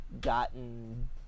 gotten